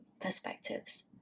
perspectives